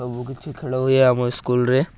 ସବୁକିଛି ଖେଳ ହୁଏ ଆମ ସ୍କୁଲ୍ରେ